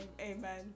amen